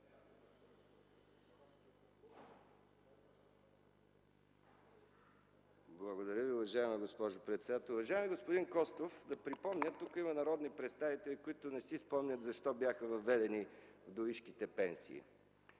Благодаря Ви, уважаема госпожо председател. Уважаеми господин Костов, да припомня, защото тук има народни представители, които не си спомнят, защо бяха въведени вдовишките пенсии.